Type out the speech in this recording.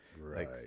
right